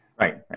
Right